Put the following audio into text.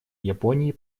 японии